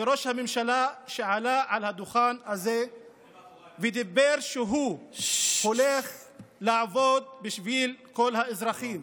לראש הממשלה שעלה על הדוכן הזה ואמר שהוא הולך לעבוד בשביל כל האזרחים,